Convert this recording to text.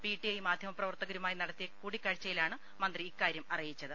PTI മാധ്യമ പ്രവർത്തകരുമായി നടത്തിയ് കൂടിക്കാഴ്ചയിലാണ് മന്ത്രി ഇക്കാര്യം അറിയിച്ചത്